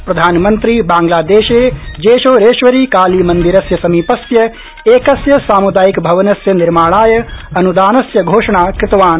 प्रधानमंत्री बांग्लादेशे जेशोरेश्वरी काली मन्दिरस्य समीपस्य एकस्य साम्दायिकभवनस्य निर्माणाय अन्दानस्य अपि घोषणा कृतवान्